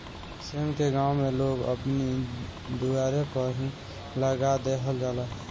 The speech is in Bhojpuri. सेम के गांव में लोग अपनी दुआरे पअ ही लगा देहल जाला